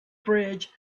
bridge